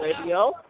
radio